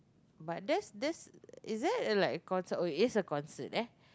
but that's that's is that like a concert or is a concert there